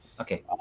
Okay